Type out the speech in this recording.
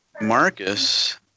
Marcus